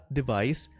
device